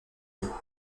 pau